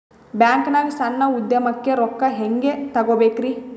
ಬ್ಯಾಂಕ್ನಾಗ ಸಣ್ಣ ಉದ್ಯಮಕ್ಕೆ ರೊಕ್ಕ ಹೆಂಗೆ ತಗೋಬೇಕ್ರಿ?